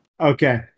Okay